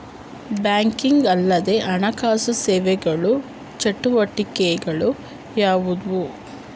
Banking ಅಲ್ಲದ ಹಣಕಾಸು ಸೇವೆಗಳ ಚಟುವಟಿಕೆಗಳು ಯಾವುವು?